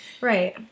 Right